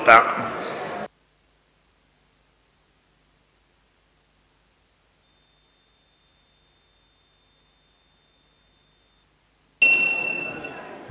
Grazie